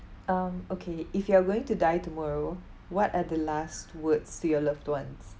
um okay if you are going to die tomorrow what are the last words to your loved ones